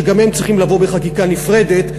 שגם הם צריכים לבוא בחקיקה נפרדת,